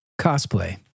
Cosplay